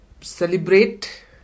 celebrate